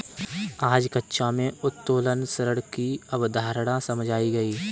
आज कक्षा में उत्तोलन ऋण की अवधारणा समझाई गई